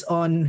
on